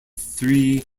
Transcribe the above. three